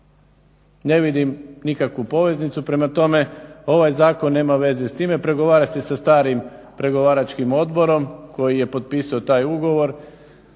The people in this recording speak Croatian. Ne vidim nikakvu poveznicu. Prema tome, ovaj zakon nema veze s time, pregovara se sa starim pregovaračkim odborom koji je potpisao taj ugovor.